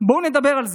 בואו נדבר על זה,